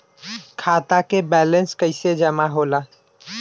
खाता के वैंलेस कइसे जमा होला?